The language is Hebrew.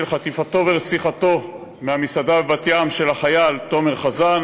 חטיפתו של החייל תומר חזן